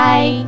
Bye